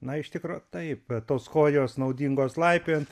na iš tikro taip tos kojos naudingos laipiojant